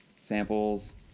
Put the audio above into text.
samples